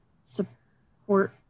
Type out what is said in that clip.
support